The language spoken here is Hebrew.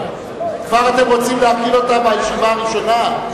כבר אתם רוצים להפיל אותה, מהישיבה הראשונה?